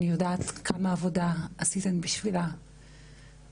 אני יודעת כמה עבודה עשיתן בשבילה וכמה